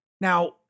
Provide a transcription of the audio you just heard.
Now